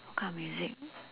kind of music